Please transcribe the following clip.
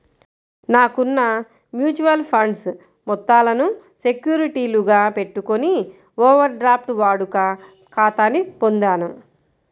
నాకున్న mutual funds మొత్తాలను సెక్యూరిటీలుగా పెట్టుకొని ఓవర్ డ్రాఫ్ట్ వాడుక ఖాతాని పొందాను